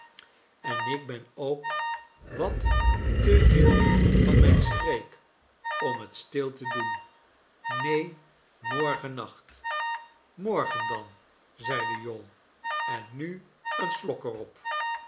denk ik ben ook wat te veel van mijn streek om het stil te doen neen morgennacht morgen dan zeide jowl en nu een slok er